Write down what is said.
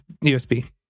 USB